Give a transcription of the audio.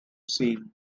same